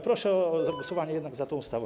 Proszę o zagłosowanie jednak za tą ustawą.